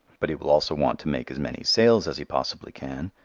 but he will also want to make as many sales as he possibly can,